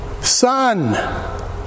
Son